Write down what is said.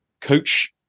coach